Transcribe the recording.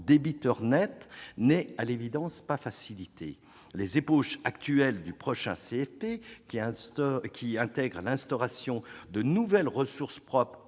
débiteurs nets n'est, à l'évidence, pas facilité. Les ébauches actuelles du prochain CFP qui intègrent l'instauration de nouvelles ressources propres,